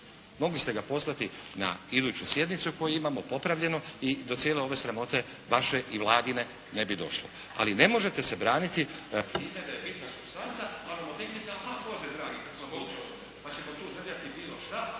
Mogli ste ga poslati na iduću sjednicu koju imamo popravljeno i do cijele ove sramote vaše i Vladine ne bi došlo. Ali ne možete se braniti